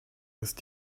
ist